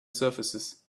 surfaces